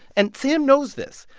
and sam knows this,